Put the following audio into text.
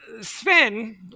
Sven